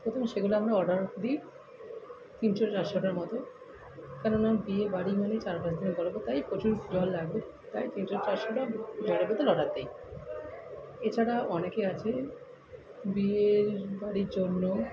প্রথমে সেগুলো আমরা অর্ডার দিই তিনশো চারশোটার মতো কেননা বিয়ে বাড়ি মানে চার পাঁচদিন চলে তাই প্রচুর জল লাগবে তাই তিনশো চারশোটা জলের বোতল অর্ডার দিই এছাড়া অনেকে আছে বিয়ের বাড়ির জন্য